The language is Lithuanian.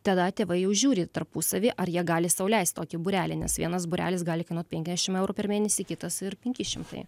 tada tėvai jau žiūri tarpusavy ar jie gali sau leist tokį būrelį nes vienas būrelis gali kainuoti penkiasdešim eurų per mėnesį kitas ir penki šimtai